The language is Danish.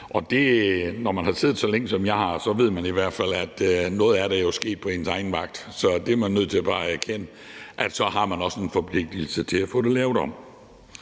når man har siddet herinde, så længe som jeg har, ved man, at i hvert fald noget af det er sket på ens egen vagt. Det er man nødt til bare at erkende, og så har man også en forpligtelse til at få det lavet om.